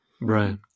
Right